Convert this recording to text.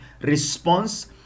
response